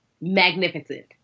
magnificent